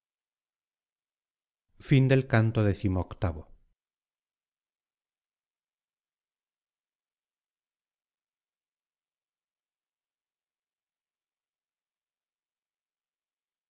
son del canto